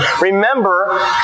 Remember